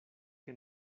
que